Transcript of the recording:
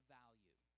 value